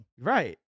Right